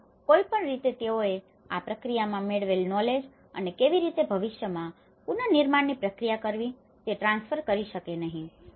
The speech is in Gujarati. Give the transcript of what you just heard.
આમ કોઈ પણ રીતે તેઓએ આ પ્રક્રિયામાં મેળવેલ નોલેજ અને કેવી રીતે ભવિષ્યમાં પુનનિર્માણની પ્રક્રિયા કરવી તે ટ્રાન્સફર કરી શકે નહીં